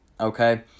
okay